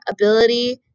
ability